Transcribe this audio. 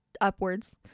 upwards